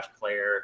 player